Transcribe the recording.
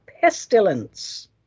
pestilence